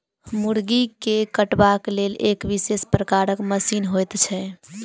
मुर्गी के कटबाक लेल एक विशेष प्रकारक मशीन होइत छै